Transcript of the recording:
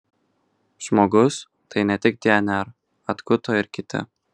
žmogus tai ne tik dnr atkuto ir kiti